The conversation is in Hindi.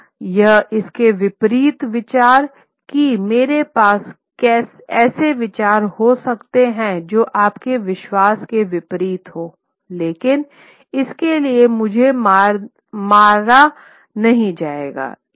अतः यह इसके विपरीत विचार कि मेरे पास ऐसे विचार हो सकते हैं जो आपके विश्वास के विपरीत हों लेकिन इसके लिए मुझे मारा नहीं जाएगा